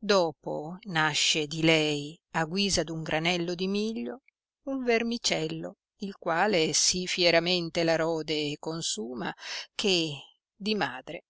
dopo nasce di lei a guisa d'un granello di miglio un vermicello il quale sì fieramente la rode e consuma che di madre